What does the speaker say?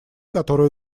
которую